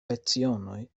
lecionoj